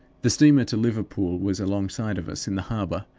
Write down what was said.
the steamer to liverpool was alongside of us in the harbor,